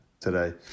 today